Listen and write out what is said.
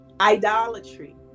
Idolatry